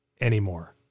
anymore